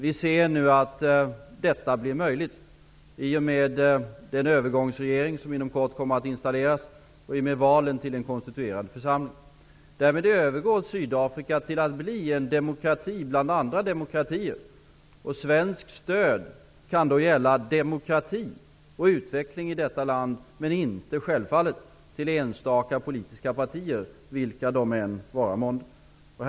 Vi ser nu att detta blir möjligt med den övergångsregering som inom kort kommer att installeras, i och med valen till den konstituerande församlingen. Därmed övergår Sydafrika till att bli en demokrati bland andra demokratier. Svenskt stöd kan då gälla demokratin och utvecklingen av detta land, men självfallet inte enstaka politiska partier, vilket det vara månde.